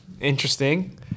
interesting